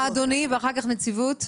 אחר כך נחזור להערות.